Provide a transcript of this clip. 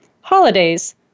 holidays